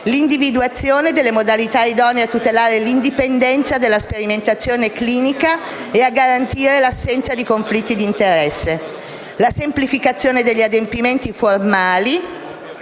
l'individuazione delle modalità idonee a tutelare l'indipendenza della sperimentazione clinica e a garantire l'assenza di conflitti d'interesse; la semplificazione degli adempimenti formali,